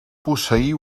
posseir